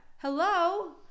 Hello